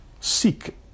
seek